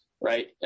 right